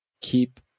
keep